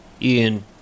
Ian